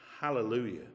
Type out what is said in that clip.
Hallelujah